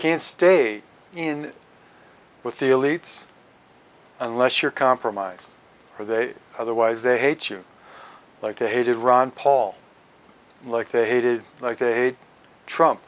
can't stay in with the elites unless you're compromising or they otherwise they hate you like a hated ron paul like they hated like eight trump